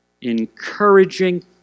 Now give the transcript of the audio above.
encouraging